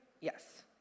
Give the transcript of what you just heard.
Yes